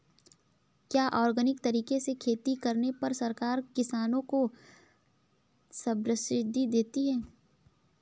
क्या ऑर्गेनिक तरीके से खेती करने पर सरकार किसानों को सब्सिडी देती है?